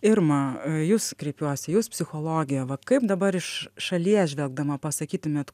irma jus kreipiuosi jūs psichologė va kaip dabar iš šalies žvelgdama pasakytumėt